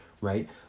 right